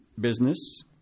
business